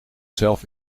zelf